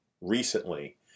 recently